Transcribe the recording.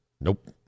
Nope